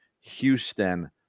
Houston